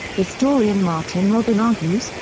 historian martin robin argues,